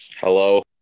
hello